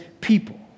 people